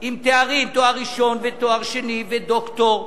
עם תארים, תואר ראשון, ותואר שני, ודוקטור,